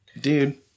dude